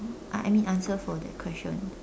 I I mean answer for that question